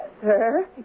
Sir